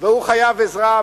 והוא חייב עזרה.